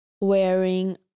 wearing